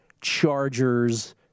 Chargers